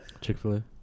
Chick-fil-A